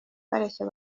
bareshya